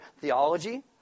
theology